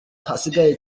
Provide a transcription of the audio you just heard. hasigaye